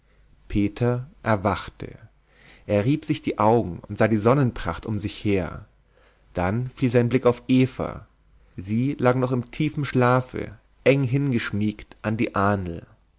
erwachte er rieb sich die augen und sah die sonnenpracht um sich her dann fiel sein blick auf eva sie lag noch in tiefem schlafe eng hingeschmiegt an die ahnl